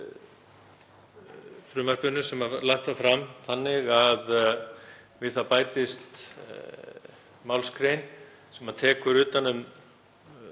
frumvarpinu sem lagt var fram, þannig að við það bætist málsgrein sem tekur utan um,